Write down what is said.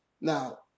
Now